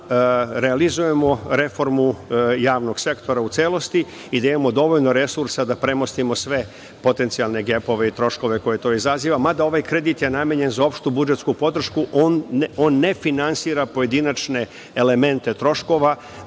da realizujemo reformu javnog sektora u celosti i da imamo dovoljno resursa da premostimo sve potencijalne gepove i troškove koje to izaziva, mada ovaj kredit je namenjen za opštu budžetsku podršku. On ne finansira pojedinačne elemente troškova.